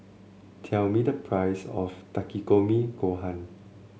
tell me the price of Takikomi Gohan